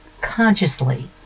consciously